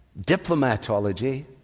Diplomatology